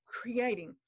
creating